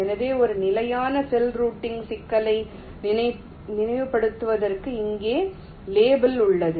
எனவே ஒரு நிலையான செல் ரூட்டிங் சிக்கலை நினைவுபடுத்துவதற்கு இங்கே லேபிள் உள்ளது